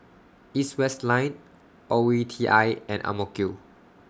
East West Line O E T I and Ang Mo Kio